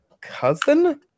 cousin